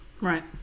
Right